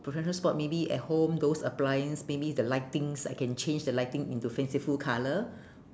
professional spot maybe at home those appliance maybe the lightings I can change the lightning into fanciful colour